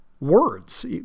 Words